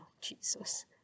Jesus